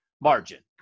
margin